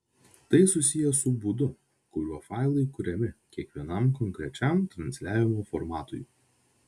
tai susiję su būdu kuriuo failai kuriami kiekvienam konkrečiam transliavimo formatui